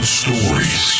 stories